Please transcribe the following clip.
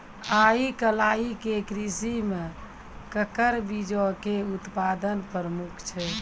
आइ काल्हि के कृषि मे संकर बीजो के उत्पादन प्रमुख छै